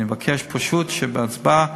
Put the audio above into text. אני מבקש פשוט שבהצבעה